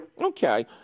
Okay